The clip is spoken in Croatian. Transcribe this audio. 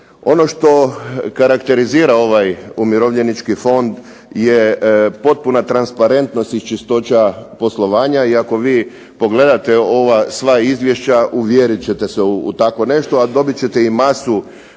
Ovo što karakterizira ovaj umirovljenički fond je potpuna transparentnost i čistoća poslovanja i ako vi pogledate ova sva izvješća uvjeriti ćete se u takvo nešto a dobiti ćete masu